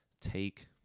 take